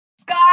sky